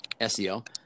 SEO